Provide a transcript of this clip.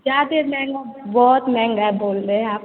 ज़्यादा महँगा बहुत महँगा बोल रहे आप